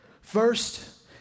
First